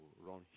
run